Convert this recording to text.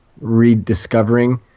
rediscovering